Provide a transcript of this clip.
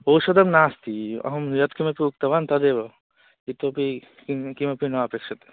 औषधं नास्ति अहं यत्किमपि उक्तवान् तदेव इतोपि किं किमपि नापेक्षते